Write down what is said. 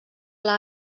pla